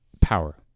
power